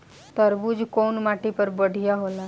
तरबूज कउन माटी पर बढ़ीया होला?